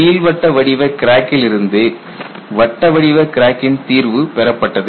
நீள்வட்ட வடிவ கிராக்கிலிருந்து வட்டவடிவ கிராக்கின் தீர்வு பெறப்பட்டது